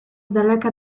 daleka